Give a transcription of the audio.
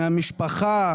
מהמשפחה,